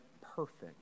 perfect